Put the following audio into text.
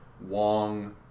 Wong